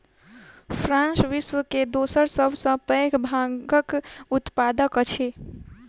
France विश्व के दोसर सभ सॅ पैघ भांगक उत्पादक अछि